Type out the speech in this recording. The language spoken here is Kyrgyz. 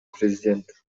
президент